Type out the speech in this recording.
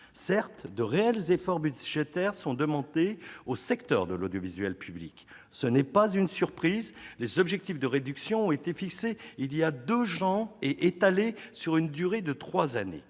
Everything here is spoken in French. Certes, de réels efforts budgétaires sont demandés au secteur de l'audiovisuel public. Ce n'est pas une surprise : les objectifs de réduction ont été fixés il y a deux ans et étalés sur une durée de trois années.